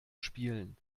spielen